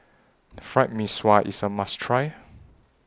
Fried Mee Sua IS A must Try